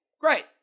Great